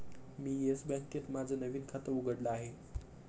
मी Yes बँकेत माझं नवीन खातं उघडलं आहे